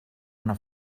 una